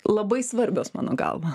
labai svarbios mano galva